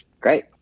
Great